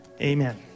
amen